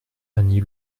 annie